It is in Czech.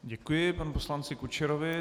Děkuji panu poslanci Kučerovi.